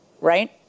Right